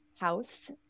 House